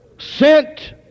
Sent